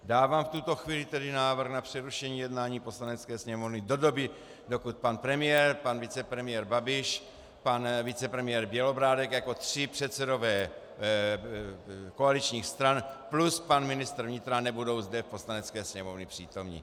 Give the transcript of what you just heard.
Dávám v tuto chvíli tedy návrh na přerušení jednání Poslanecké sněmovny do doby, dokud pan premiér, pan vicepremiér Babiš, pan vicepremiér Bělobrádek jako tři předsedové koaličních stran plus pan ministr vnitra nebudou zde v Poslanecké sněmovně přítomni.